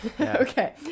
Okay